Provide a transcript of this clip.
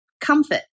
comfort